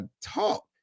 talk